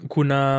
Kuna